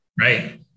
Right